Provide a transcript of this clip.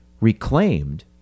reclaimed